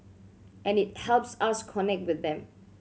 and it helps us connect with them